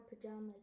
pajamas